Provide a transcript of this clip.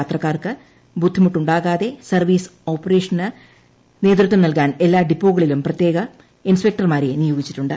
യാത്രക്കാർക്ക് ബുദ്ധിമുട്ടുണ്ടാകാതെ സർവ്വീസ് ഓപ്പറേഷന് നേതൃത്വം നൽകാൻ എല്ലാ ഡിപ്പോകളിലും പ്പെത്യേകം ഇൻസ്പെക്ടർമാരെ നിയോഗിച്ചിട്ടുണ്ട്